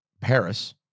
Paris